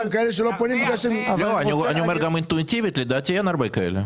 גם אינטואיטיבית, לדעתי אין הרבה כאלה.